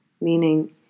meaning